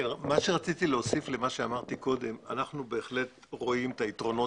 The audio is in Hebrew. אני רוצה להוסיף לדבריי הקודמים: אנחנו בהחלט רואים את היתרונות